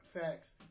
Facts